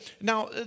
Now